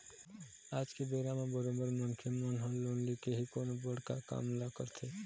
आज के बेरा म बरोबर मनखे मन ह लोन लेके ही कोनो बड़का काम ल करथे